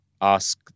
ask